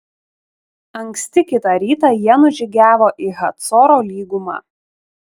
anksti kitą rytą jie nužygiavo į hacoro lygumą